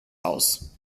aus